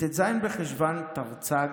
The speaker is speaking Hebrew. בט"ז בחשוון תרצ"ג,